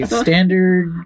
standard